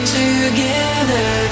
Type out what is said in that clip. together